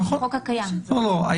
נכון,